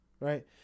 right